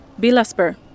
Bilaspur